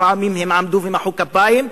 לפעמים הם עמדו ומחאו כפיים,